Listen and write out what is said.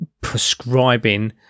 prescribing